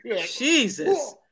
Jesus